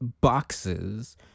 boxes